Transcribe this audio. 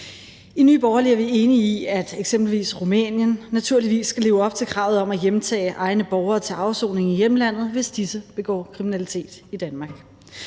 I Nye Borgerlige er vi enige i, at eksempelvis Rumænien naturligvis skal leve op til kravet om at hjemtage egne borgere til afsoning i hjemlandet, hvis disse begår kriminalitet i Danmark.